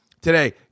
today